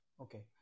Okay